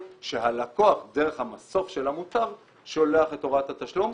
שהלקוח דרך המסוף של המוטב שולח את הוראת התשלום,